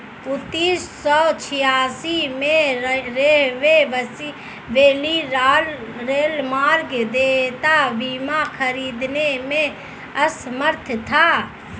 उन्नीस सौ छियासी में, राहवे वैली रेलमार्ग देयता बीमा खरीदने में असमर्थ था